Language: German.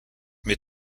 mit